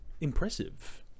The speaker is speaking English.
impressive